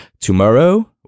tomorrow